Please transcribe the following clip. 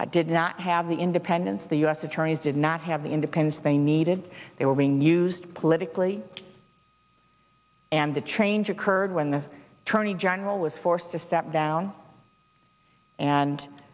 did not have the independence the u s attorneys did not have the independence they needed they were being used politically and to change occurred when the tourney general was forced to step down and